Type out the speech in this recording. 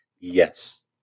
Yes